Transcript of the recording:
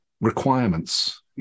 requirements